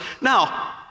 Now